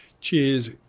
Cheers